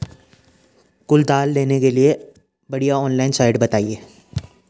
कुदाल लेने के लिए बढ़िया ऑनलाइन साइट बतायें?